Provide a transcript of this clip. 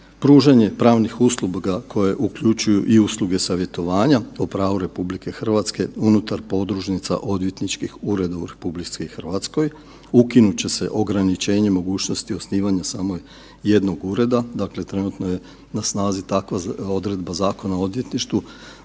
pružanje pravnih usluga koje uključuju i usluge savjetovanja o pravu RH unutar podružnica odvjetničkih ureda u RH. Ukinut će se ograničenje mogućnosti osnivanja samo jednog ureda, dakle trenutno je na snazi takva odredba Zakona o odvjetništvu,